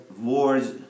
wars